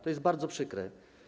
To jest bardzo przykre.